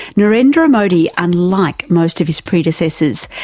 narendra modi, unlike most of his predecessors,